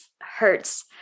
hurts